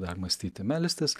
dar mąstyti melstis